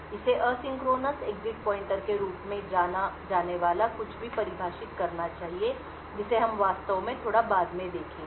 इसे asynchronous exit pointer के रूप में जाना जाने वाला कुछ भी परिभाषित करना चाहिए जिसे हम वास्तव में थोड़ा बाद में देखेंगे